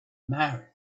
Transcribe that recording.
married